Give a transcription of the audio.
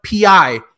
PI